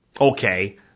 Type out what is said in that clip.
Okay